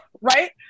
right